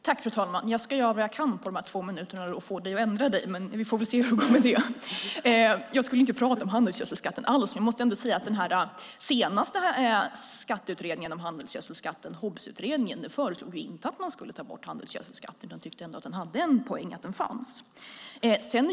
Fru talman! Jag ska göra vad jag kan under de här två minuterna för att få Gunnar Andrén att ändra sig. Vi får väl se hur det går med det. Jag skulle ju inte prata om handelsgödselskatten alls, men jag måste ändå säga att den senaste skatteutredningen om handelsgödselskatten, HOBS-utredningen, inte föreslog att man skulle ta bort handelsgödselskatten. Man tyckte att det fanns en poäng med att den fanns.